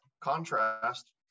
contrast